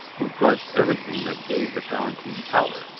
who grudged everything that gave the palatine power,